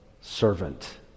servant